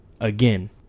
again